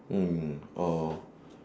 mm oh